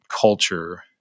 culture